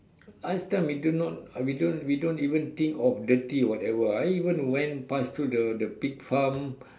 last time we do not we don't we don't even think of dirty or whatever I even went past through the the pig farm